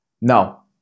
Now